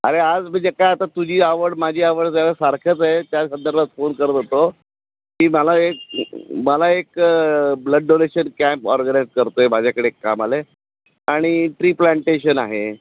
अरे आज म्हणजे काय आता तुझी आवड माझी आवड जरा सारखंच आहे त्यासाठी तुला फोन करत होतो की मला एक मला एक ब्लड डोनेशन कॅम्प ऑर्गनाईज करतो आहे माझ्याकडे एक कामाला आणि ट्री प्लांटेशन आहे